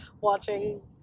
watching